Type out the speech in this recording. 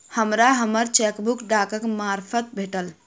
हमरा हम्मर चेकबुक डाकक मार्फत भेटल